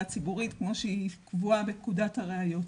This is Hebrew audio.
ציבורית כמו שהיא קבועה בפקודת הראיות.